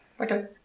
Okay